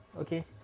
okay